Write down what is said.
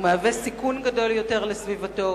הוא מהווה סיכון גדול יותר לסביבתו,